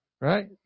Right